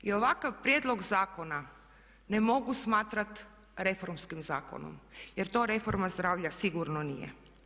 I ovakav prijedlog zakona ne mogu smatrat reformskim zakonom, jer to reforma zdravlja sigurno nije.